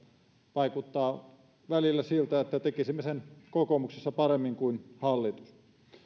vaikuttaa välillä siltä että tekisimme sen kokoomuksessa paremmin kuin hallitus